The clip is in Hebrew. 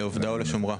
ולעובדה ולשומרה.